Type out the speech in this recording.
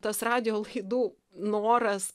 tas radijo laidų noras